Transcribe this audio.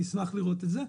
אשמח לראות את זה.